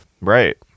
Right